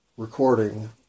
recording